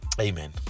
Amen